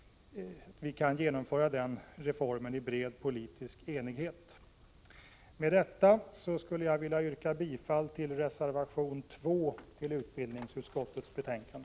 Med detta vill jag yrka bifall till reservation 2 till utbildningsutskottets betänkande.